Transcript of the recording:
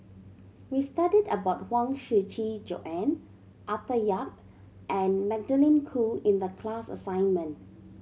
we studied about Huang Shiqi Joan Arthur Yap and Magdalene Khoo in the class assignment